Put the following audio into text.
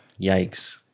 Yikes